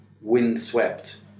windswept